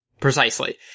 Precisely